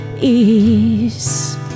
ease